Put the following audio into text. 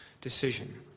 decision